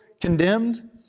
condemned